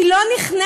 היא לא נכנסת,